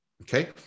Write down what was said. Okay